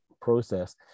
process